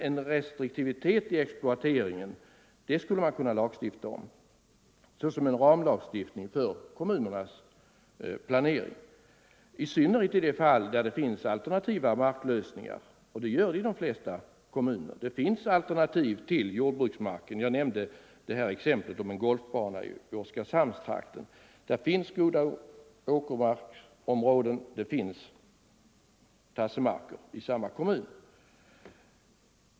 En restriktivitet i exploateringen skulle man dock kunna lagstifta om, exempelvis en ramlagstiftning för kommunernas planering, i synnerhet när det gäller de fall där det finns alternativa marklösningar. Och i de flesta kommuner finns alternativ till jordbruksmarken. Jag nämnde exemplet om en golfbana i Oskarshamnstrakten. Det finns goda åkermarksområden, och det finns ”tassemarker” i samma kommun.